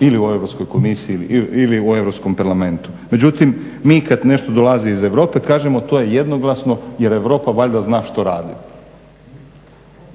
ili u Europskoj komisiji ili u Europskom parlamentu. Međutim, mi kada nešto dolazi iz Europe kažemo to je jednoglasno jer Europa valjda zna što radi.